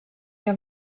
jag